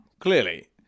clearly